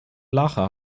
lache